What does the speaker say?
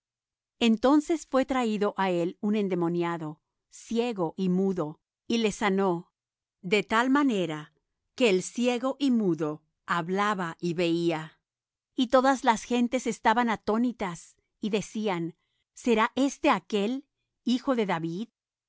entonces fué traído á él un endemoniado ciego y mudo y le sanó de tal manera que el ciego y mudo hablaba y veía y todas las gentes estaban atónitas y decían será éste aquel hijo de david